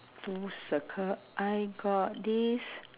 two circle I got this